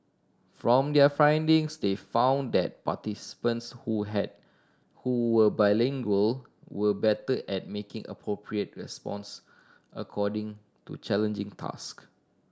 from their findings they found that participants who had who were bilingual were better at making appropriate response according to challenging task